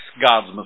God's